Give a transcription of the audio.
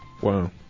Wow